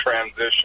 transition